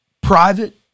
private